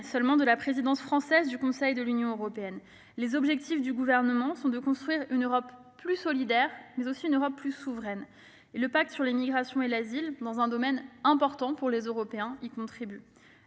seulement de la présidence française du Conseil de l'Union européenne. Les objectifs du Gouvernement sont de construire une Europe plus solidaire et plus souveraine. Le pacte sur les migrations et l'asile, dans un domaine important pour les Européens, y contribue.